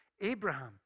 Abraham